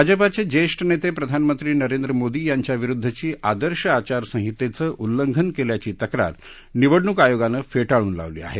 भाजपाचे जेछ नेते प्रधानमंत्री नरेंद्र मोदी यांच्याविरूद्धची आदर्श आचारसंहितेचं उल्लंघन केल्याची तक्रार निवडणूक आयोगानं फे ळिन लावली आहे